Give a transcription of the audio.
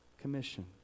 commission